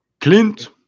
Clint